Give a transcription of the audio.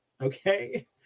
okay